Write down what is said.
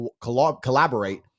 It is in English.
collaborate